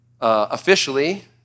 officially